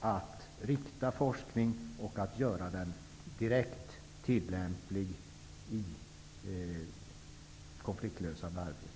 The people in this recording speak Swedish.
att rikta forskning och att göra den direkt tillämplig i konfliktlösande arbete.